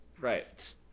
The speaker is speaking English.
right